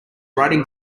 writing